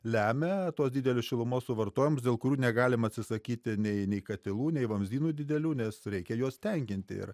lemia tuos didelius šilumos suvartojimus dėl kurių negalim atsisakyti nei nei katilų nei vamzdynų didelių nes reikia juos tenkinti ir